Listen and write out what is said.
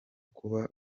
kuba